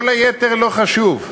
כל היתר לא חשוב.